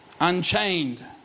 Unchained